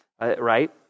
right